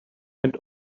and